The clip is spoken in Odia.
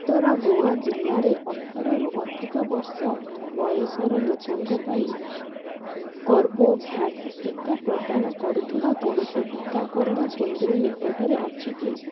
ଉତ୍ତର ଗୋଆ ଜିଲ୍ଲାରେ ଅଠରରୁ ଅଧିକ ବର୍ଷ ବୟସର ଲୋକଙ୍କ ପାଇଁ କର୍ବୋଭ୍ୟାକ୍ସ ଟୀକା ପ୍ରଦାନ କରୁଥିବା କୌଣସି ଟୀକାକରଣ କେନ୍ଦ୍ର ନିକଟରେ ଅଛି କି